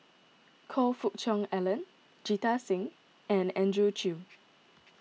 Choe Fook Cheong Alan Jita Singh and Andrew Chew